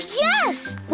yes